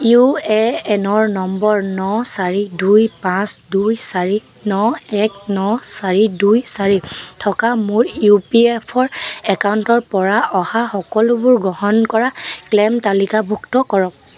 U A N ৰ number ন চাৰি দুই পাঁচ দুই চাৰি ন এক ন চাৰি দুই চাৰি থকা মোৰ ইউ পি এফ অ' ৰ একাউণ্টৰ পৰা অহা সকলোবোৰ গ্ৰহণ কৰা ক্লেইম তালিকাভুক্ত কৰক